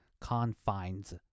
confines